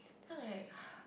then I like